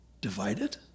divided